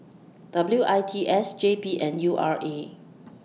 W I T S J P and U R A